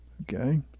okay